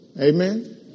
Amen